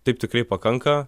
taip tikrai pakanka